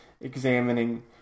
examining